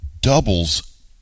doubles